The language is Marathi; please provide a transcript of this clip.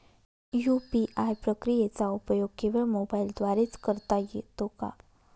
यू.पी.आय प्रक्रियेचा उपयोग केवळ मोबाईलद्वारे च करता येतो का?